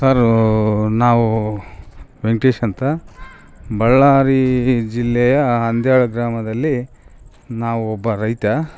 ಸರೂ ನಾವು ವೆಂಕಟೇಶ ಅಂತ ಬಳ್ಳಾರಿ ಜಿಲ್ಲೆಯ ಅಂದ್ಯಾಳು ಗ್ರಾಮದಲ್ಲಿ ನಾವು ಒಬ್ಬ ರೈತ